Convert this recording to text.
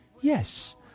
Yes